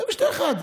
שיעשה משתה אחד.